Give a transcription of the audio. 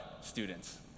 students